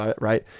Right